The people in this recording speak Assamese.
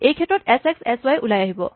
এই ক্ষেত্ৰত এচ এক্স এচ ৱাই ওলাই আহিব